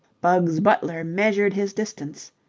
bugs butler measured his distance,